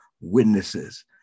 witnesses